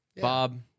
Bob